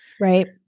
Right